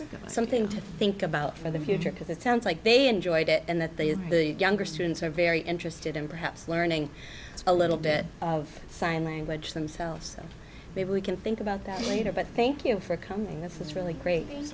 there's something to think about for the future because it sounds like they enjoyed it and that the younger students are very interested in perhaps learning a little bit of sign language themselves maybe we can think about that later but thank you for coming in it's really great